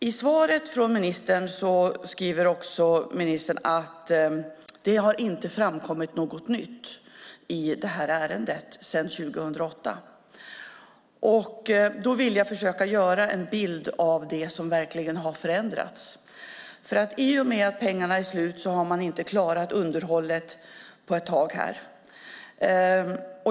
I svaret skriver ministern att det inte har framkommit något nytt i ärendet sedan 2008. Jag vill försöka ge en bild av det som verkligen har förändrats. I och med att pengarna är slut har man inte klarat underhållet på ett tag.